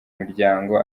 miryango